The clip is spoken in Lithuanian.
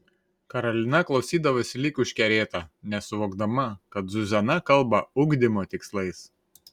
karolina klausydavosi lyg užkerėta nesuvokdama kad zuzana kalba ugdymo tikslais